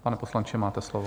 Pane poslanče, máte slovo.